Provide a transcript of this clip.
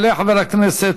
יעלה חבר הכנסת